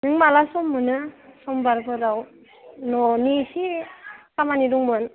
नों माला सम मोनो समबारफोराव न'नि एसे खामानि दंमोन